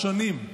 שנים,